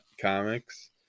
comics